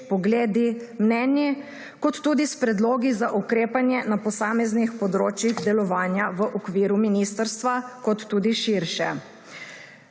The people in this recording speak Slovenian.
pogledi, mnenji ter tudi s predlogi za ukrepanje na posameznih področjih delovanja v okviru ministrstva in tudi širše.